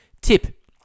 Tip